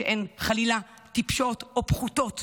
שהן, חלילה, טיפשות או פחותות